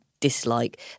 Dislike